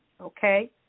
okay